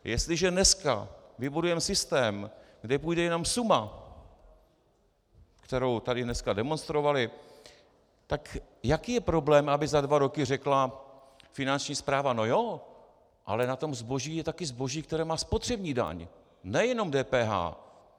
Jestliže dneska vybudujeme systém, kde bude jenom suma, kterou tady dneska demonstrovali, tak jaký je problém, aby za dva roky řekla Finanční správa: No jo, ale v tom zboží je také zboží, které má spotřební daň, ne jenom DPH.